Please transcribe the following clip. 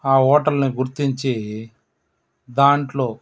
ఆ హోటల్ను గుర్తించి దాంట్లో